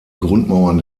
grundmauern